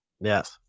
yes